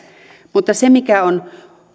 mutta mikä on